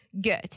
good